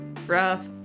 Rough